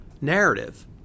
narrative